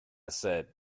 said